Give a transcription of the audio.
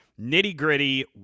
nitty-gritty